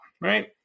right